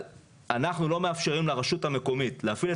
שאנחנו לא מאפשרים לרשות המקומית להפעיל את